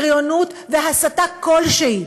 בריונות והסתה כלשהי,